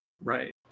Right